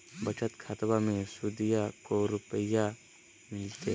बचत खाताबा मे सुदीया को रूपया मिलते?